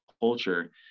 culture